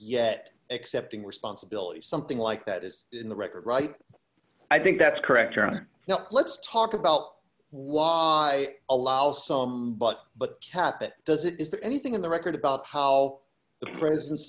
yet accepting responsibility something like that is in the record right i think that's correct you know let's talk about why allow some but but kept it does it is there anything in the record about how the presence